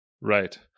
Right